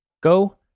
go